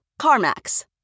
CarMax